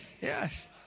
Yes